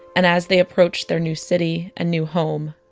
and as they approached their new city and new home,